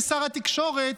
כשר התקשורת,